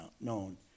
known